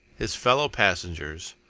his fellow passengers,